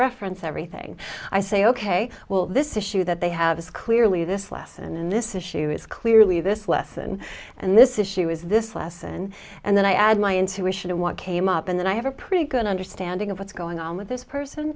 reference everything i say ok well this issue that they have is clearly this lesson and this issue is clearly this lesson and this issue is this lesson and then i add my intuition to what came up and then i have a pretty good understanding of what's going on with this person